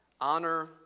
Honor